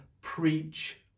preach